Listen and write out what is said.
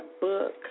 book